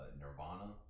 Nirvana